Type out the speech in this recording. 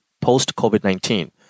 post-COVID-19